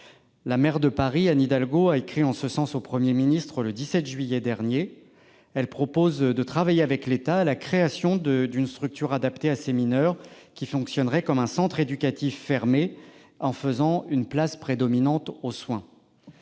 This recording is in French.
La maire de Paris, Anne Hidalgo, a écrit en ce sens au Premier ministre le 17 juillet dernier. Elle propose de travailler avec l'État à la création d'une structure adaptée à ces mineurs, qui fonctionnerait comme un centre éducatif fermé, en accordant une place prédominante aux soins.